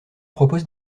propose